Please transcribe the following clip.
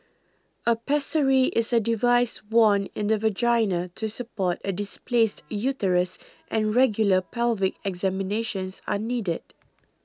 a pessary is a device worn in the vagina to support a displaced uterus and regular pelvic examinations are needed